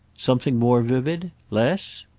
something more vivid? less?